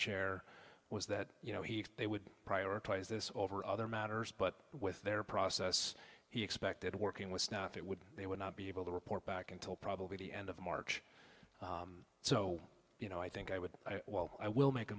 chair was that you know he they would prioritize this over other matters but with their process he expected working with snuff it would they would not be able to report back until probably the end of march so you know i think i would i will make a